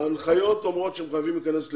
ההנחיות אומרות שהם חייבים להיכנס לבידוד,